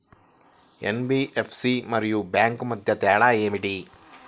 NBFC మరియు bank మధ్య తేడా ఏమిటీ?